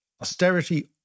austerity